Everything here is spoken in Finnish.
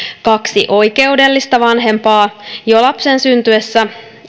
kaksi oikeudellista vanhempaa jo lapsen syntyessä